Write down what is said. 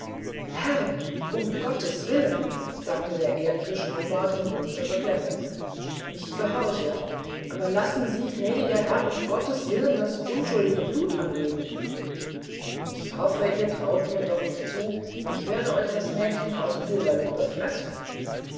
herr um gottes willen sagte der ehrliche schnurrbart in großer beklemmung ich gehorche aber lassen sie gnädiger herr um gottes willen das unschuldige blut am leben ich hoffe ihr traut mir doch nicht zu ich werde euch das mädchen aus purer liebe fressen